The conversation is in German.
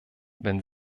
wenn